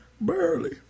Barely